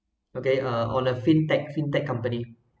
okay uh on a fintech fintech company